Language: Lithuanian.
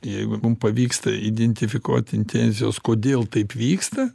jeigu mum pavyksta identifikuot intencijos kodėl taip vyksta